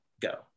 go